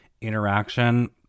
interaction